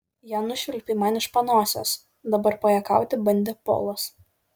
ją nušvilpei man iš panosės dabar pajuokauti bandė polas